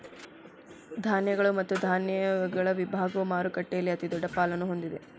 ಧಾನ್ಯಗಳು ಮತ್ತು ಧಾನ್ಯಗಳ ವಿಭಾಗವು ಮಾರುಕಟ್ಟೆಯಲ್ಲಿ ಅತಿದೊಡ್ಡ ಪಾಲನ್ನು ಹೊಂದಿದೆ